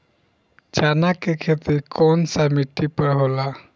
चन्ना के खेती कौन सा मिट्टी पर होला?